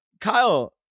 Kyle